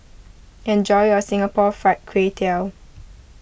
enjoy your Singapore Fried Kway Tiao